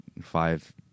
five